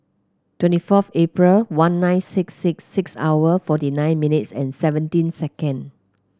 twenty forth April one nine six six six hour forty nine minutes and seventeen second